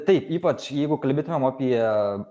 taip ypač jeigu kalbėtumėm apie